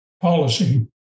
policy